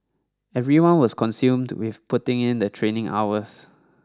everyone was consumed with putting in the training hours